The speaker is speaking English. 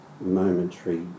momentary